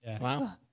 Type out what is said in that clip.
Wow